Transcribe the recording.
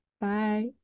Bye